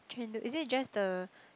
Chendol is it just the